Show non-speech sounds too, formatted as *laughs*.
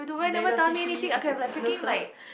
negatively affected *laughs*